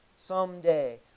Someday